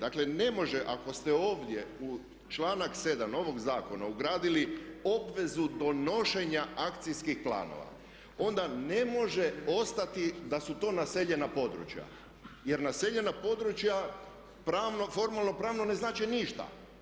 Dakle, ne može ako ste ovdje u članak 7. ovog zakona ugradili obvezu donošenja akcijskih planova, onda ne može ostati da su to naseljena područja, jer naseljena područja formula pravno ne znači ništa.